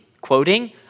quoting